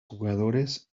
jugadores